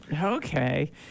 Okay